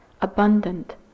abundant